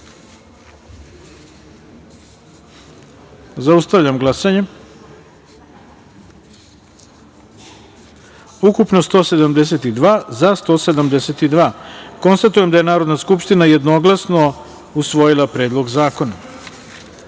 taster. Zaustavljam glasanje: ukupno – 172, za – 172.Konstatujem da je Narodna skupština jednoglasno usvojila Predlog zakona. Peta